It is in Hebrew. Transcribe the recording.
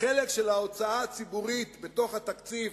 החלק של ההוצאה הציבורית בתקציב